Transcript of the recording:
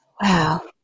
Wow